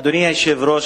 אדוני היושב-ראש,